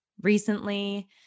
recently